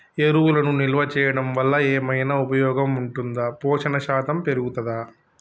ఎరువులను నిల్వ చేయడం వల్ల ఏమైనా ఉపయోగం ఉంటుందా పోషణ శాతం పెరుగుతదా?